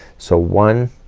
so one.